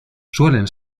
suelen